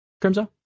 crimson